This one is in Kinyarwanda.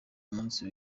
umunsi